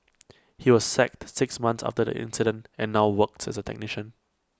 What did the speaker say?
he was sacked six months after the incident and now works as A technician